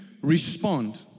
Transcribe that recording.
respond